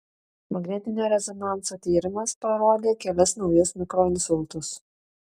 magnetinio rezonanso tyrimas parodė kelis naujus mikroinsultus